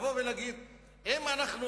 לבוא ולהגיד שאם אנחנו